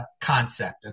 concept